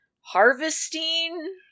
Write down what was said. harvesting